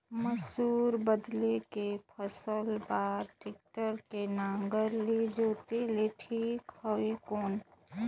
मसूर बदले के फसल बार टेक्टर के नागर ले जोते ले ठीक हवय कौन?